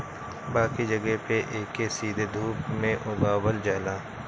बाकी जगह पे एके सीधे धूप में उगावल जाला